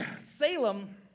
Salem